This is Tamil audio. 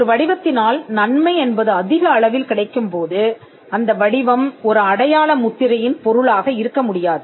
ஒரு வடிவத்தினால் நன்மை என்பது அதிக அளவில் கிடைக்கும்போது அந்த வடிவம் ஒரு அடையாள முத்திரையின் பொருளாக இருக்க முடியாது